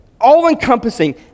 All-encompassing